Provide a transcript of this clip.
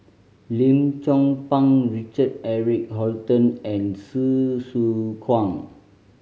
Lim Chong Pang Richard Eric Holttum and Hsu Tse Kwang